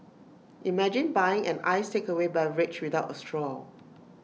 imagine buying an iced takeaway beverage without A straw